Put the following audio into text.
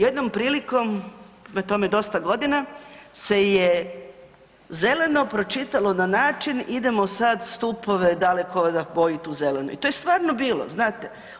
Jednom prilikom, ima tome dosta godina se je zeleno pročitalo na način, idemo sad stupove dalekovoda bojiti u zeleno i to je stvarno bilo, znate.